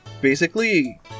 basically-